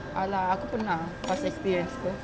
!alah! aku pernah tough experience [pe]